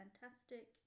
fantastic